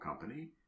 company